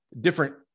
different